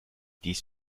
dies